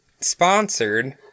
sponsored